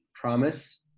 promise